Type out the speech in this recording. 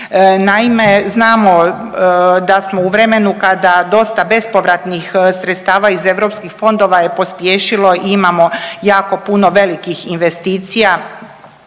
Naime, znamo da smo u vremenu kada dosta bespovratnih sredstava iz EU fondova je pospješilo i imamo jako puno velikih investicija